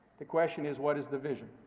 the question is, what is the vision?